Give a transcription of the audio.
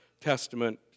testament